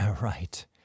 Right